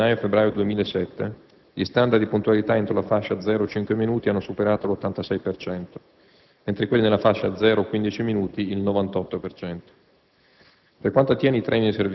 In particolare, nei mesi di gennaio e febbraio 2007, gli *standard* di puntualità entro la fascia 0-5 minuti hanno superato l'86 per cento, mentre quelli nella fascia 0-15 minuti, il 98